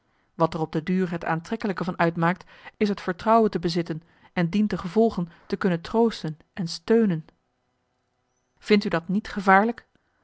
wat er op de duur het aantrekkelijke van uitmaakt is het vertrouwen te bezitten en dientengevolge te kunnen troosten en steunen vindt u dat niet gevaarlijk